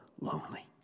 lonely